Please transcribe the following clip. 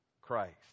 Christ